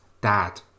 Dad